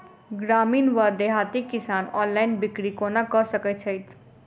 ग्रामीण वा देहाती किसान ऑनलाइन बिक्री कोना कऽ सकै छैथि?